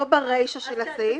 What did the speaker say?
לא ברישה של הסעיף.